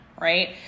Right